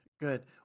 good